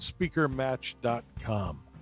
Speakermatch.com